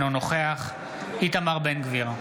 אינו נוכח איתמר בן גביר,